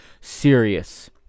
serious